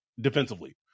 defensively